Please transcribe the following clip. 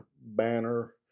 banner